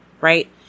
right